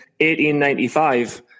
1895